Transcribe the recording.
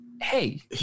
hey